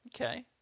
Okay